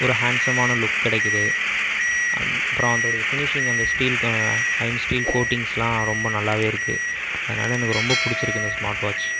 ஒரு ஹாண்ட்ஸமான லுக் கிடைக்கிது அப்புறம் அதோடைய ஃபினிஷிங் அந்த ஸ்டீல் அயர்ன் ஸ்டீல் கோட்டிங்ஸ்ல்லாம் ரொம்ப நல்லாவேயிருக்கு அதனால் எனக்கு ரொம்ப பிடிச்சிருக்கு இந்த ஸ்மார்ட் வாட்ச்